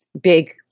big